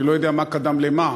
אני לא יודע מה קדם למה,